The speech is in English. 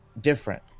different